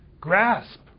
grasp